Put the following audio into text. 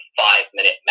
five-minute